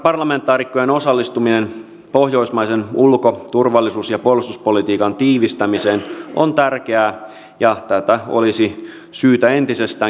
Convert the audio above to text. parlamentaarikkojen osallistuminen pohjoismaisen ulko turvallisuus ja puolustuspolitiikan tiivistämiseen on tärkeää ja tätä olisi syytä entisestäänkin vahvistaa